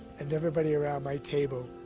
and everybody around my table,